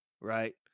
right